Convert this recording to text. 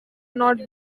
not